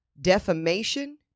Defamation